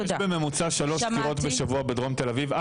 יש בממוצע 3 דקירות בשבוע בדרום תל אביב.